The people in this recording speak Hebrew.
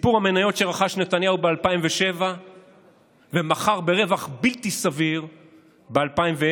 סיפור המניות שרכש נתניהו ב-2007 ומכר ברווח בלתי סביר ב-2010